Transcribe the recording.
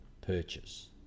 purchase